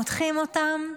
מותחים אותם.